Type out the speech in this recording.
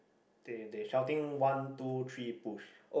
okay they shouting one two three push